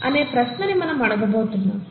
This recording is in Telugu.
అనే ప్రశ్నని మనం అడగబోతున్నాము